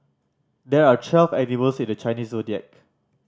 there are twelve animals in the Chinese Zodiac